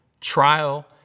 trial